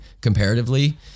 comparatively